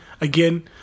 again